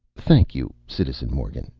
thank you, citizen morgan